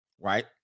right